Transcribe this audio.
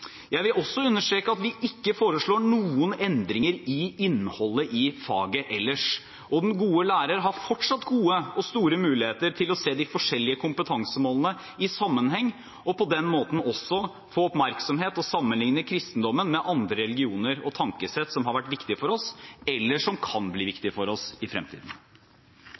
Jeg vil også understreke at vi ikke foreslår noen endringer i innholdet i faget ellers. Den gode lærer har fortsatt gode og store muligheter til å se de forskjellige kompetansemålene i sammenheng, og på den måten også få oppmerksomhet om det å sammenligne kristendommen med andre religioner og tankesett som har vært viktige for oss, eller som kan bli viktige for oss i fremtiden.